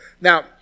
Now